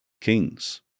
kings